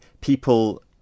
people